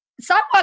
Sidewalk